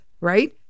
right